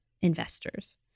investors